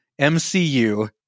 MCU